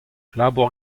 labour